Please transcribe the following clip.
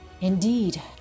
Indeed